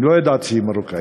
אני לא ידעתי שהיא מרוקאית.